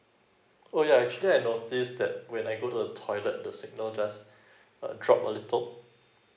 oh yeah actually I noticed that when I go to the toilet the signal just uh drop a little